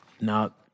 Now